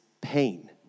pain